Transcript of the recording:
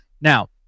Now